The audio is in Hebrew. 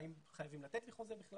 האם חייבים לתת לי חוזה בכלל,